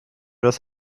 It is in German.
das